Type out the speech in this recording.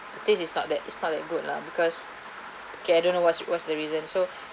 but this is not that is not that good lah because okay I don't know what's what's the reason so